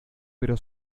pero